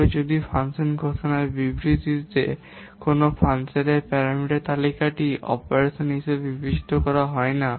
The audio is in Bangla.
তবে যদি ফাংশন ঘোষণার বিবৃতিতে কোনও ফাংশনের প্যারামিটার তালিকাটি অপারেশন হিসাবে বিবেচিত হয় না